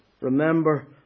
Remember